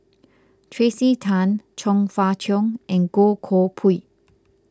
Tracey Tan Chong Fah Cheong and Goh Koh Pui